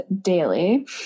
daily